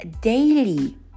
daily